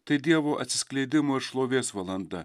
tai dievo atsiskleidimo ir šlovės valanda